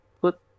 put